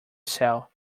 sell